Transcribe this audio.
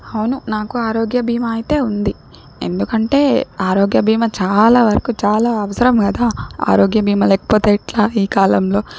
అవును నాకు ఆరోగ్య బీమా అయితే ఉంది ఎందుకంటే ఆరోగ్య బీమా చాలా వరకు చాలా అవసరం కదా ఆరోగ్య బీమా లేకపోతే ఎట్లా ఈ కాలంలో